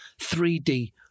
3D